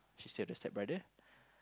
she stay at the stepbrother